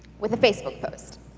with a facebook post.